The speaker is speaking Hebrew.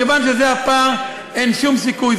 מכיוון שזה הפער, אין שום סיכוי.